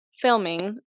filming